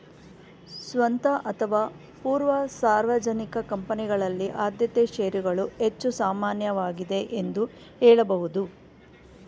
ಸ್ವಂತ ಅಥವಾ ಪೂರ್ವ ಸಾರ್ವಜನಿಕ ಕಂಪನಿಗಳಲ್ಲಿ ಆದ್ಯತೆ ಶೇರುಗಳು ಹೆಚ್ಚು ಸಾಮಾನ್ಯವಾಗಿದೆ ಎಂದು ಹೇಳಬಹುದು